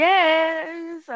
Yes